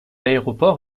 aéroport